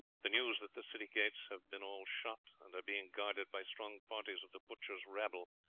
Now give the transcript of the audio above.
the news that the city gates have been all shut and are being guarded by strong parties of the butchers' rabble,